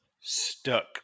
stuck